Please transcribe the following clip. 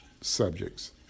subjects